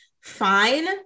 Fine